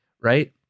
right